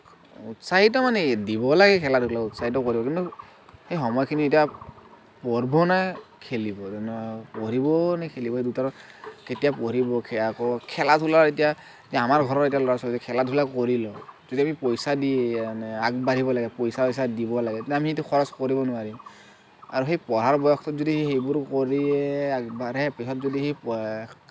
উৎসাহিত মানে কি দিব লাগে দিব লাগে খেলা ধূলাত কিন্তু সেই সময়খিনি এতিয়া পঢ়িব নে খেলিব পঢ়িব নে খেলিব সেই দুটাৰ পঢ়িব আকৌ খেলা ধূলাৰ এতিয়া আমাৰ ঘৰৰ এতিয়া ল'ৰা ছোৱালীয়ে খেলা ধূলা কৰিলেও কিজানি পইচা দি আগবাঢ়িব লাগে পইচা চইচা দিব লাগে তেতিয়া আমি সেইটো দিব নোৱাৰিম আৰু সেই পঢ়াৰ বয়সটোত সেইবোৰ কৰিয়ে আগবাঢ়ে পিছত যদি সি